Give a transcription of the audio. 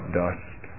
dust